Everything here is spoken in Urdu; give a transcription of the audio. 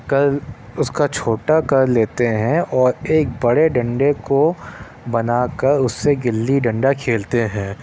کر اس کا چھوٹا کر لیتے ہیں اور ایک بڑے ڈنڈے کو بنا کر اس سے گلی ڈنڈا کھیلتے ہیںکر اس کا چھوٹا کر لیتے ہیں اور ایک بڑے ڈنڈے کو بنا کر اس سے گلی ڈنڈا کھیلتے ہیں